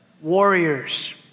Warriors